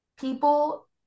people